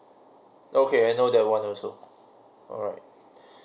okay I know that one also alright